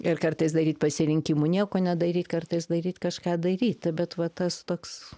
ir kartais daryt pasirinkimų nieko nedaryt kartais daryt kažką daryt bet va tas toks